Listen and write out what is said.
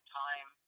time